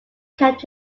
kept